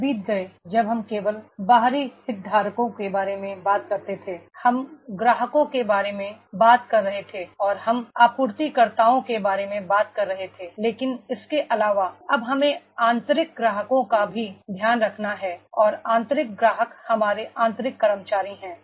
दिन बीत गए जब हम केवल बाहरी हितधारकों के बारे में बात कर रहे थे हम ग्राहकों के बारे में बात कर रहे थे और हम आपूर्ति कर्ताओं के बारे में बात कर रहे थे लेकिन इसके अलावा अब हमें आंतरिक ग्राहकों का भी ध्यान रखना है और आंतरिक ग्राहक हमारे आंतरिक कर्मचारी हैं